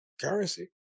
Currency